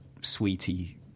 sweetie